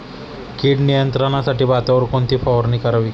कीड नियंत्रणासाठी भातावर कोणती फवारणी करावी?